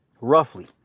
Roughly